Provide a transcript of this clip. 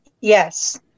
Yes